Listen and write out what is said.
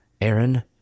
Aaron